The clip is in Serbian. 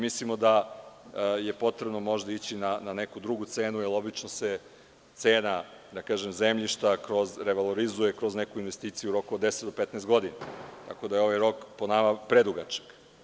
Mislimo da je potrebno možda ići na neku drugu cenu, jer obično se cena zemljišta revalorizuje kroz neku investiciju u roku od 10 do 15 godina, tako da je ovaj rok po nama predugačak.